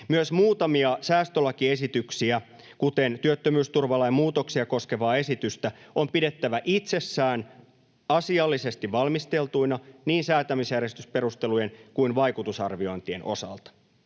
Myös muutamia säästölakiesityksiä, kuten työttömyysturvalain muutoksia koskevaa esitystä, on pidettävä itsessään asiallisesti valmisteltuina niin säätämisjärjestysperustelujen kuin vaikutusarviointien osalta.